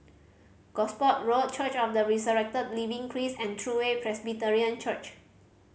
Gosport Road Church of the Resurrected Living Christ and True Way Presbyterian Church